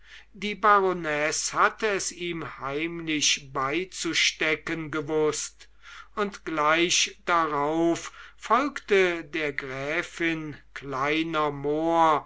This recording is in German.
die baronesse hatte es ihm heimlich beizustecken gewußt und gleich darauf folgte der gräfin kleiner mohr